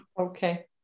okay